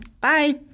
bye